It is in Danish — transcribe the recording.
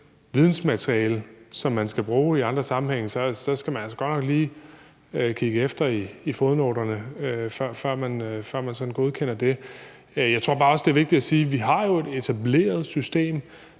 vidensmateriale, som man skal bruge i andre sammenhænge, så godt nok lige skal kigge efter i fodnoterne, før man sådan godkender det. Jeg tror jo bare også, det er vigtigt at sige, at vi har et etableret system